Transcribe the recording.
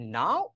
now